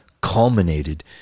culminated